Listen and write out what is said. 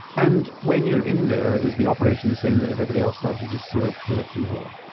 and when you're in there is the operation the same that everybody else does, you just do it through a keyhole?